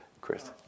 Chris